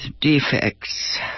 defects